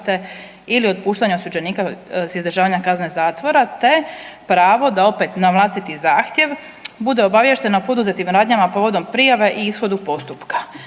ili otpuštanja osuđenika s izdržavanja kazne zatvora te pravo da opet na vlastiti zahtjev bude obaviještena o poduzetim radnjama povodom prijave i ishodu postupka“.